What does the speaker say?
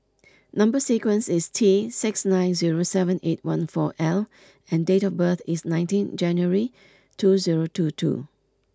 number sequence is T six nine zero seven eight one four L and date of birth is nineteen January two zero two two